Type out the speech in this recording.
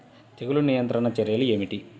తెగులు నియంత్రణ చర్యలు ఏమిటి?